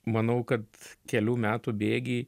manau kad kelių metų bėgy